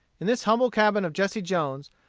in this humble cabin of jesse jones,